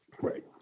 Right